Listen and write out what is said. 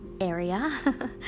area